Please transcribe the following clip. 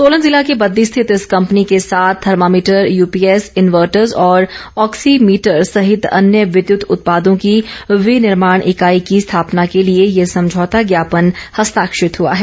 सोलन जिला के बद्दी स्थित इस कंपनी के साथ थर्मामीटर यूपीएस इन्वर्टर्स और ऑक्सी मीटर सहित अन्य विद्युत उत्पादों की विनिर्माण इकाई की स्थापना के लिए ये समझौता ज्ञापन हस्ताक्षरित हुआ है